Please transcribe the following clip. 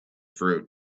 fruit